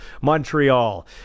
Montreal